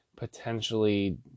potentially